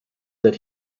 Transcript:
that